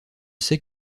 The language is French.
sais